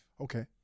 Okay